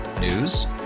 News